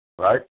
Right